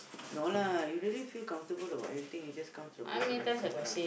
no lah you really feel comfortable about anything you just come to the person and talk lah